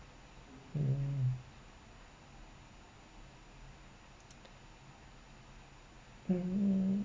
mm mm